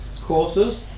courses